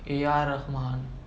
A_R rahman